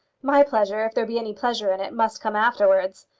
my pleasure, if there be any pleasure in it, must come afterwards.